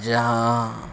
جہاں